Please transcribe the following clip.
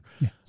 yes